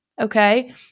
okay